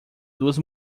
duas